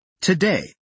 Today